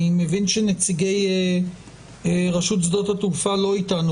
נציגי רשות שדות התעופה איתנו